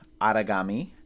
Aragami